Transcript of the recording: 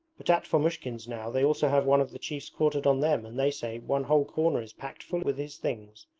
but at fomushkin's now they also have one of the chiefs quartered on them and they say one whole corner is packed full with his things,